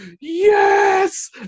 yes